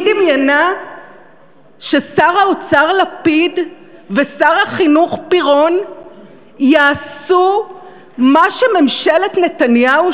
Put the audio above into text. היא דמיינה ששר האוצר לפיד ושר החינוך פירון יעשו מה שממשלת נתניהו,